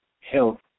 health